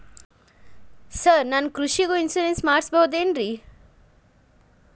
Sir ನಾನು ಕೃಷಿಗೂ insurance ಮಾಡಸಬಹುದೇನ್ರಿ?